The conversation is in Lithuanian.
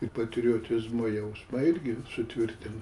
ir patriotizmo jausmą irgi sutvirtina